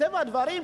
מטבע הדברים,